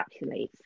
encapsulates